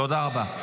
תודה רבה.